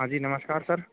हाँ जी नमस्कार सर